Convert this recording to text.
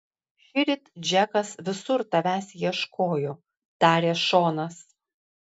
šįryt džekas visur tavęs ieškojo tarė šonas